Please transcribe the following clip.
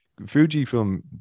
Fujifilm